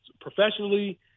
professionally